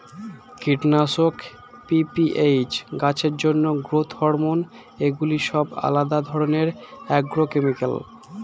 কীটনাশক, পি.পি.এইচ, গাছের জন্য গ্রোথ হরমোন এগুলি সব আলাদা ধরণের অ্যাগ্রোকেমিক্যাল